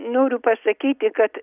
noriu pasakyti kad